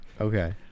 Okay